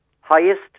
highest